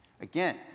Again